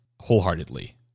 wholeheartedly